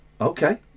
Okay